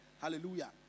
Hallelujah